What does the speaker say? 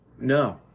no